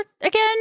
again